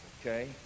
okay